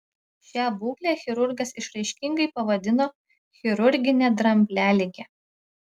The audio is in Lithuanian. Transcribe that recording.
šią būklę chirurgas išraiškingai pavadino chirurgine dramblialige